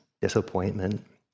disappointment